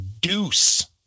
Deuce